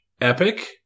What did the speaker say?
Epic